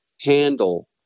handle